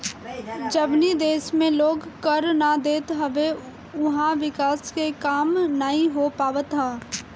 जवनी देस में लोग कर ना देत हवे उहवा विकास के काम नाइ हो पावत हअ